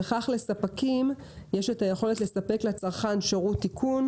וכך לספקים יש את היכולת לספק לצרכן שירות תיקון,